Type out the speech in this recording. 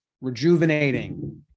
rejuvenating